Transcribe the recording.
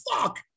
fuck